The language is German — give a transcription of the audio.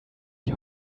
die